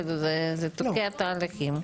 כאילו, זה תוקע תהליכים.